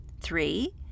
Three